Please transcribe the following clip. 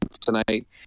tonight